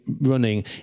running